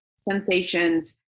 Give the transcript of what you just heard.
sensations